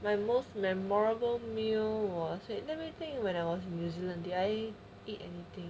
my most memorable meal was wait okay let me think when I was in new zealand then I eat anything